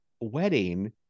wedding